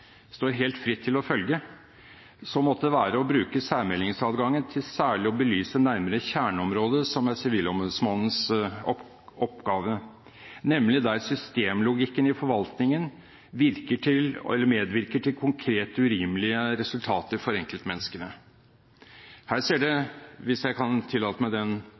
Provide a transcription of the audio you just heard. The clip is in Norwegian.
står helt fritt til å følge – måtte det være å bruke særmeldingsadgangen til særlig å belyse nærmere kjerneområdet for Sivilombudsmannens oppgave, nemlig der systemlogikken i forvaltningen har medvirket til konkret urimelige resultater for enkeltmenneskene. Her ser det ut til – hvis jeg kan tillate meg den